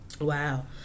Wow